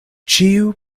ĉiu